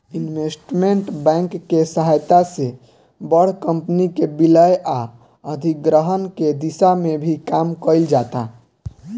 investment bank के सहायता से बड़ कंपनी के विलय आ अधिग्रहण के दिशा में भी काम कईल जाता